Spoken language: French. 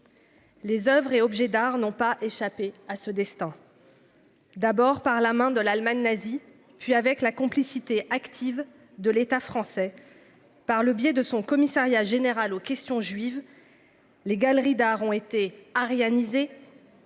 Les Oeuvres et objets d'art non pas échapper à ce destin. D'abord par la main de l'Allemagne nazie puis avec la complicité active de l'État français. Par le biais de son Commissariat général aux questions juives. Les galeries d'art ont été à réaliser.